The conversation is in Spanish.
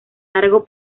largo